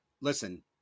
listen